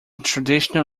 traditional